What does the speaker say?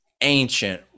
ancient